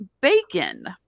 bacon